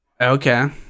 Okay